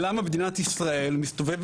אנחנו בין יתר המאמצים שאנחנו עושים,